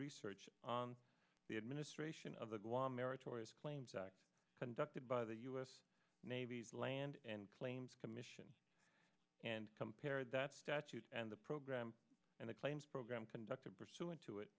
research the administration of the guam meritorious claims act conducted by the u s navy's land and claims commission and compared that statute and the program and the claims program conducted pursuant to it